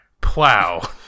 plow